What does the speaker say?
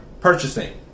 purchasing